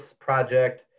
project